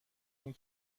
این